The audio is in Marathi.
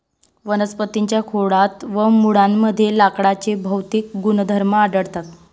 वनस्पतीं च्या खोडात व मुळांमध्ये लाकडाचे भौतिक गुणधर्म आढळतात